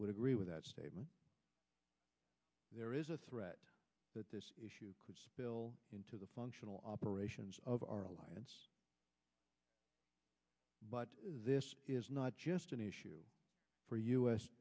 would agree with that statement there is a threat that this issue could fill in to the functional operations of our alliance but this is not just an issue for u